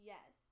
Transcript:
Yes